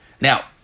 Now